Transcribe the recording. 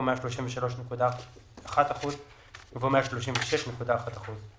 "133.1 אחוזים" יבוא "136.1 אחוזים".